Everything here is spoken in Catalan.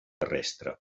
terrestre